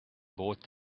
bought